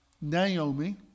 Naomi